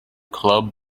club